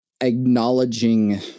acknowledging